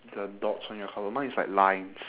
the dots on your hello mine is like lines